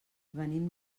venim